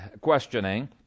questioning